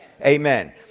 Amen